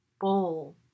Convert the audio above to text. bowl